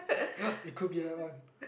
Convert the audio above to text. it could be that one